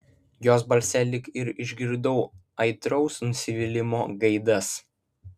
jos balse lyg ir išgirdau aitraus nusivylimo gaidas